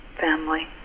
family